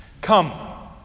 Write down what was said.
Come